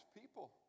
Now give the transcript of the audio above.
people